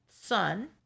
son